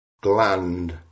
gland